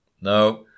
No